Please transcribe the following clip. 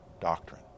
doctrine